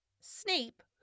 Snape